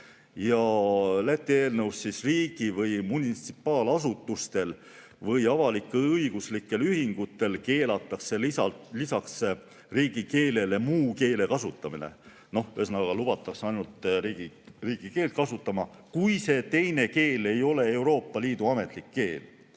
Läti eelnõus keelatakse riigi- ja munitsipaalasutustel ning avalik-õiguslikel ühingutel lihtsalt lisaks riigikeelele muu keele kasutamine. Ühesõnaga, lubatakse ainult riigikeelt kasutada, kui see teine keel ei ole Euroopa Liidu ametlik keel.